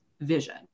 vision